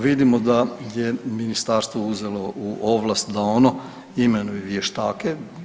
Vidimo da je ministarstvo uzelo u ovlast da ono imenuje vještake.